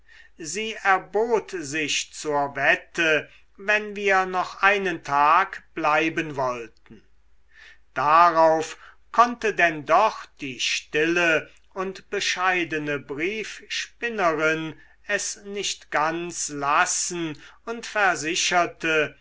sie erbot sich zur wette wenn wir noch einen tag bleiben wollten darauf konnte denn doch die stille und bescheidene briefspinnerin es nicht ganz lassen und versicherte